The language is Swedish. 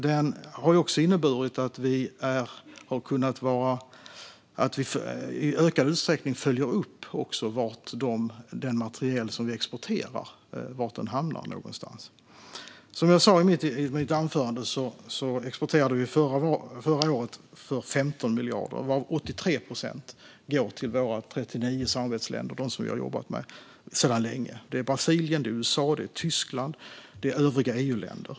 Den har också inneburit att vi i ökad utsträckning har kunnat följa upp var den materiel vi exporterar hamnar någonstans. Som jag sa i mitt anförande exporterade vi förra året för 15 miljarder. Av det vi exporterade gick 83 procent gick till våra 39 samarbetsländer, som vi har jobbat med länge - det är Brasilien, USA, Tyskland och övriga EU-länder.